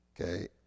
Okay